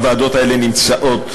הוועדות האלה נמצאות,